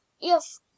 yes